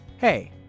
Hey